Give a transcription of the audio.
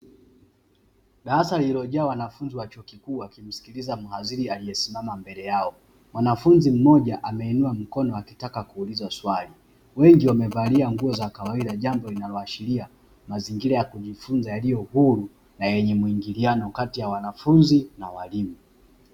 Darasa lililojaa wanafunzi wa chuo kikuu wakimsikiliza mhadhiri aliyesimama mbele yao, mwanafunzi mmoja ameinua mkono akitaka kuuliza swali. Wengi wamevalia nguo za kawaida jambo linaloashiria mazingira ya kujifunza yaliyo huru na yenye mwingiliano kati ya wanafunzi na walimu.